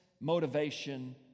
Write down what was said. motivation